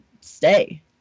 stay